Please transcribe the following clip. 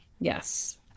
Yes